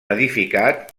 edificat